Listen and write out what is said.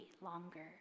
longer